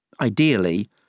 Ideally